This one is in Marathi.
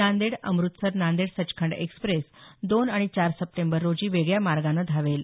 नांदेड अमृतसर नांदेड सचखंड एक्सप्रेस दोन आणि चार सप्टेंबर रोजी वेगळ्या मार्गाने धावेल